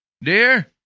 Dear